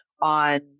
on